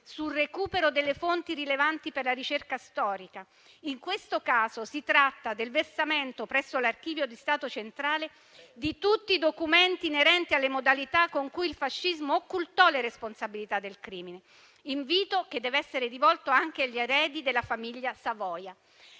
sul recupero delle fonti rilevanti per la ricerca storica. In questo caso si tratta del versamento presso l'Archivio di Stato centrale di tutti i documenti inerenti alle modalità con cui il fascismo occultò le responsabilità del crimine, invito che deve essere rivolto anche agli eredi della famiglia Savoia.